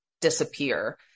disappear